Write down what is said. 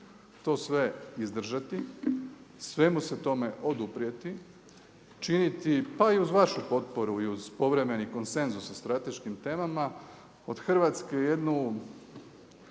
to sve izdržati, svemu se tome oduprijeti, činiti pa i uz vašu potporu i uz povremeni konsenzus sa strateškim temama od Hrvatske jednu